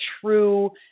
true